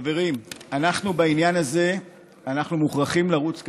חברים, בעניין הזה אנחנו מוכרחים לרוץ קדימה,